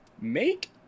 Make